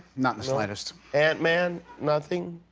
not in the slightest. ant-man? nothing?